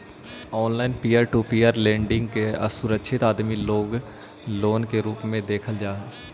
online peer to peer lending के असुरक्षित आदमी लोग लोन के रूप में देखल जा हई